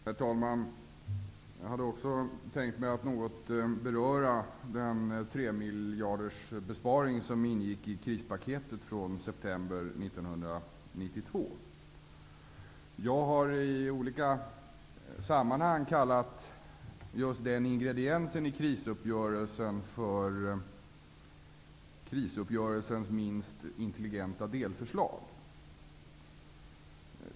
Herr talman! Jag hade också tänkt mig att något beröra den tremiljardersbesparing som ingick i krispaketet från september 1992. Jag har i olika sammanhang kallat just den ingrediensen i krisuppgörelsen för ''krisuppgörelsens minst intelligenta delförslag''.